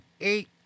eight